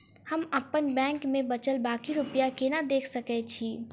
हम अप्पन बैंक मे बचल बाकी रुपया केना देख सकय छी?